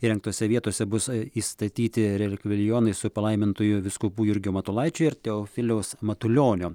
įrengtose vietose bus įstatyti relikvijonai su palaimintojo vyskupų jurgio matulaičio ir teofiliaus matulionio